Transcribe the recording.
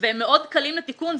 והם מאוד קלים לתיקון.